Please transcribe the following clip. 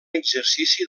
exercici